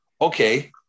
okay